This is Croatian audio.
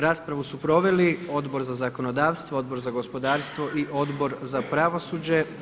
Raspravu su proveli Odbor za zakonodavstvo, Odbor za gospodarstvo i Odbor za pravosuđe.